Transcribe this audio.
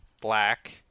black